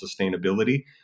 sustainability